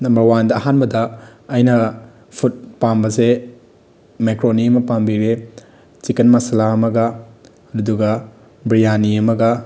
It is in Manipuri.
ꯅꯝꯕꯔ ꯋꯥꯟꯗ ꯑꯍꯥꯟꯕꯗ ꯑꯩꯅ ꯐꯨꯠ ꯄꯥꯝꯕꯁꯦ ꯃꯦꯀ꯭ꯔꯣꯅꯤ ꯑꯃ ꯄꯥꯝꯕꯤꯔꯦ ꯆꯤꯛꯀꯟ ꯃꯁꯥꯂꯥ ꯑꯃꯒ ꯑꯗꯨꯒ ꯕ꯭ꯔꯤꯌꯥꯅꯤ ꯑꯃꯒ